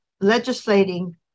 legislating